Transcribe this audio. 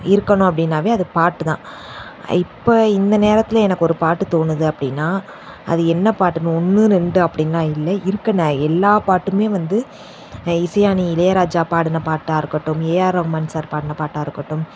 இருக்கணும் அப்படின்னாவே அது பாட்டு தான் இப்போது இந்த நேரத்தில் எனக்கு ஒரு பாட்டு தோணுது அப்படின்னா அது என்ன பாட்டுன்னு ஒன்று ரெண்டு அப்படின்லாம் இல்லை இருக்குதுன்ன எல்லா பாட்டுமே வந்து இசைஞானி இளையராஜா பாடின பாட்டாக இருக்கட்டும் ஏஆர் ரகுமான் சார் பாடின பாட்டாக இருக்கட்டும்